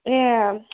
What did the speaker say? ए